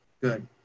Good